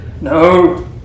no